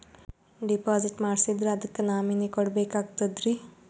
Deposit ಮಾಡ್ಸಿದ್ರ ಅದಕ್ಕ nominee ಕೊಡಬೇಕಾಗ್ತದ್ರಿ?